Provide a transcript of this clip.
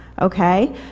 Okay